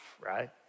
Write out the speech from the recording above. right